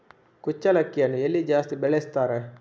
ಕುಚ್ಚಲಕ್ಕಿಯನ್ನು ಎಲ್ಲಿ ಜಾಸ್ತಿ ಬೆಳೆಸ್ತಾರೆ?